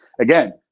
again